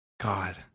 God